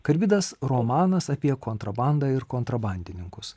karbidas romanas apie kontrabandą ir kontrabandininkus